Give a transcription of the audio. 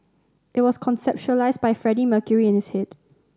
it was conceptualised by Freddie Mercury in his head